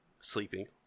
Sleeping